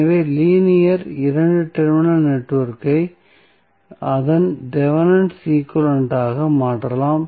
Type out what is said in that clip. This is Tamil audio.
எனவே லீனியர் 2 டெர்மினல் நெட்வொர்க்கை அதன் தெவெனின் ஈக்வலன்ட் ஆக மாற்றலாம்